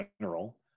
general